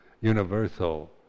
universal